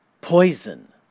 poison